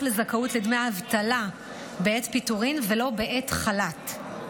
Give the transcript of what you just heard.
לזכאות לדמי אבטלה בעת פיטורין ולא בעת חל"ת.